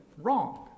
wrong